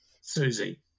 Susie